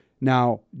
Now